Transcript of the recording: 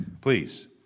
Please